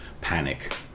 panic